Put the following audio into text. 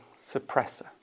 suppressor